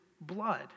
blood